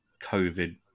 COVID